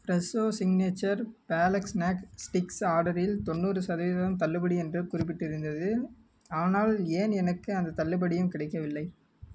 Fresho signature palak snack sticks ஆர்டரில் தொண்ணூறு சதவீதம் தள்ளுபடி என்று குறிப்பிட்டு இருந்தது ஆனால் ஏன் எனக்கு அந்தத் தள்ளுபடியும் கிடைக்கவில்லை